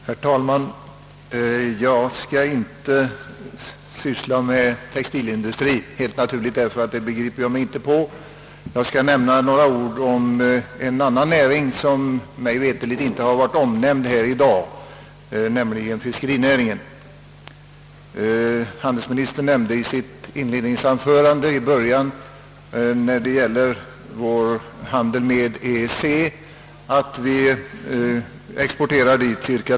Herr talman! Jag skall inte syssla med textilindustrien — helt naturligt, eftersom jag inte begriper mig på den. I stället skall jag säga några ord om en annan näring, som mig veterligt inte varit omnämnd här i dag, nämligen fiskerinäringen. Handelsministern framhöll i sitt inledningsanförande att cirka 30 procent av vår export går till EEC.